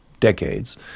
decades